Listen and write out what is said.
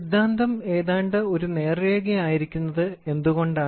സിദ്ധാന്തം ഏതാണ്ട് ഒരു നേർരേഖയായിരിക്കുന്നത് എന്തുകൊണ്ട്